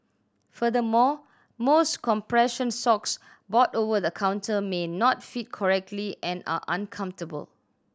furthermore most compression socks bought over the counter may not fit correctly and are uncomfortable